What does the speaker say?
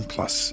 Plus